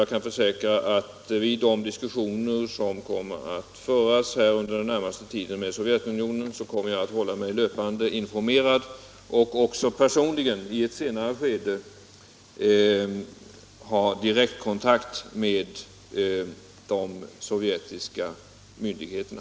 Jag kan försäkra att jag kommer att hålla mig löpande informerad om de diskussioner som under den Om import av gas från Sovjetunionen Om import av gas från Sovjetunionen närmaste tiden skall föras med Sovjetunionen, och jag avser att i ett senare skede personligen ha direktkontakt med de sovjetiska myndigheterna.